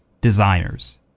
desires